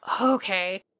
okay